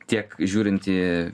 tiek žiūrint į